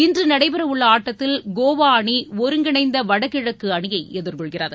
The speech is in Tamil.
இன்று நடைபெறவுள்ள ஆட்டத்தில் கோவா அணி ஒருங்கிணைந்த வடகிழக்கு அணியை எதிர்கொள்கிறது